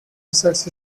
besides